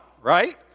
right